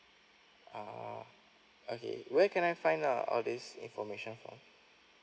oh okay where can I find uh all these information from